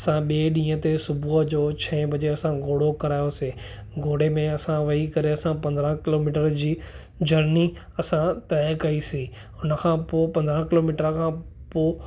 असां ॿिए ॾींहं ते सुबुह जो छह बजे असां घोड़ो करायोसीं घोड़े में असां वेही करे असां पंद्रहं किलोमीटर जी जर्नी असां तय कईसीं हुन खां पोइ पंद्रहं किलोमीटर खां पोइ